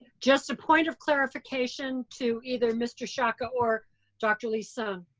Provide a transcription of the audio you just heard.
just a point of clarification to either mr. sciacca or dr. lee-sung,